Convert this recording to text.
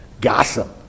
Gossip